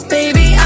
Baby